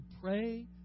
pray